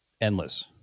endless